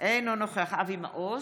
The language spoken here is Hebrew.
אינו נוכח רון כץ,